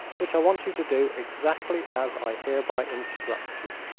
which i want you to do exactly as i hereby instruct you.